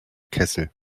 kessel